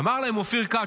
אמר להם אופיר כץ,